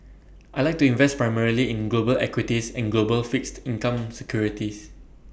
I Like to invest primarily in global equities and global fixed income securities